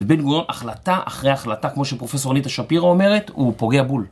ובן גוריון, החלטה אחרי החלטה, כמו שפרופ' אניטה שפירא אומרת, הוא פוגע בול.